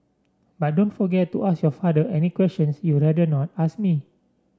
but don't forget to ask your father any question you'd rather not ask me